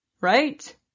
Right